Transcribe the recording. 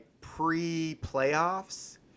pre-playoffs